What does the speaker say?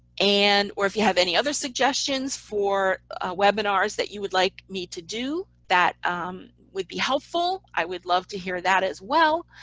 and or if you have any other suggestions for webinars that you would like me to do, that would be helpful, i would love to hear that as well.